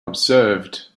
observed